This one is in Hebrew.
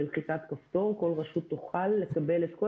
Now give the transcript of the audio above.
בלחיצת כפתור כל רשות תוכל לקבל את כל